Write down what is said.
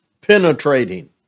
penetrating